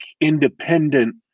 independent